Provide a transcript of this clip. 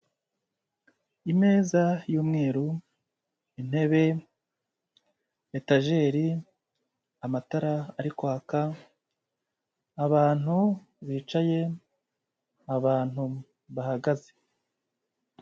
Imeza y'umweru, intebe, etajeri, amatara ari kwaka, abantu bicaye, abantu bahagaze.